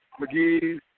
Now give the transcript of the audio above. McGee